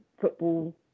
football